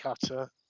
cutter